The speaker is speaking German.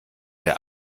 der